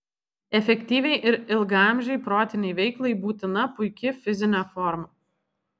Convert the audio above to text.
efektyviai ir ilgaamžei protinei veiklai būtina puiki fizinė forma